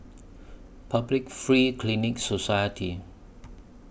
Public Free Clinic Society